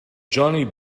johnny